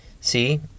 See